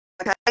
Okay